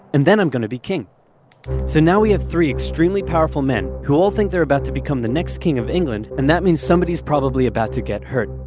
and then i'm going to be king so now we have three extremely powerful men who all think they're about to become the next king of england, and that means somebody's probably about to get hurt.